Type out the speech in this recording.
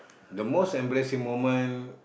the most embarrassing moment